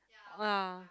ah